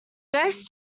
various